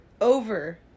Over